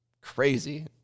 crazy